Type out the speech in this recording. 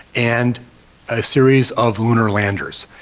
and a series of lunar landers.